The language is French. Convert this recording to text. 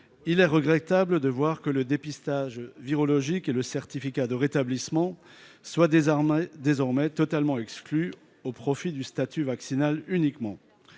il est regrettable que le dépistage virologique et le certificat de rétablissement soient désormais totalement exclus au profit du seul statut vaccinal. Cette